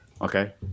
Okay